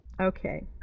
Okay